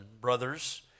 brothers